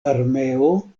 armeo